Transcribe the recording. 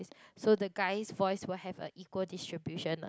is so the guy's voice will have a equal distribution lah